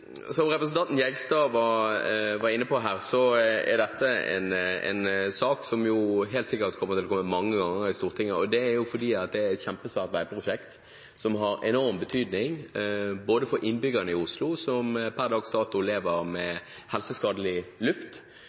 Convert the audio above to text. dette en sak som helt sikkert vil komme til Stortinget mange ganger. Det er fordi det er et kjempesvært veiprosjekt som har enorm betydning for innbyggerne i Oslo, som per dags dato lever med helseskadelig luft,